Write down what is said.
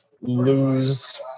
lose